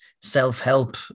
self-help